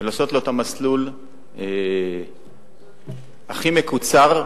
ולעשות לו את המסלול הכי מקוצר,